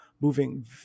moving